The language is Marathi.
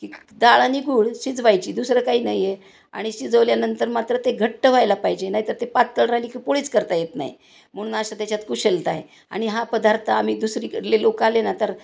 की डाळ आणि गूळ शिजवायची दुसरं काही नाही आहे आणि शिजवल्यानंतर मात्र ते घट्ट व्हायला पाहिजे नाहीतर ते पातळ राहिली की पोळीच करता येत नाही म्हणून अशा त्याच्यात कुशलता आहे आणि हा पदार्थ आम्ही दुसरीकडले लोक आले ना तर